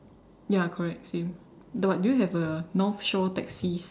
ya correct same but you do have a North Shore taxis